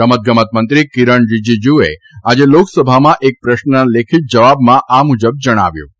રમત ગમત મંત્રી કિરણ રીજીજૂએ આજે લોકસભામાં એક પ્રશ્નના લેખિત જવાબમાં આ મુજબ જણાવ્યું હતું